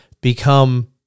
become